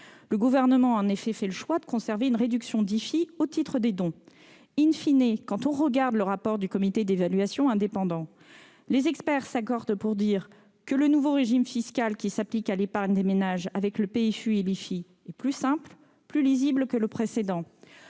Le Gouvernement a en effet choisi de conserver une réduction d'IFI au titre des dons., les experts du Comité d'évaluation indépendant s'accordent pour dire que le nouveau régime fiscal qui s'applique à l'épargne des ménages avec le PFU et l'IFI est plus simple et plus lisible que le précédent.